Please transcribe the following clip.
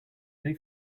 they